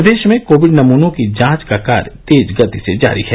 प्रदेश में कोविड नमूनों की जांच का कार्य तेज गति से जारी है